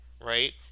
right